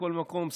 לכל מקום,